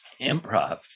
improv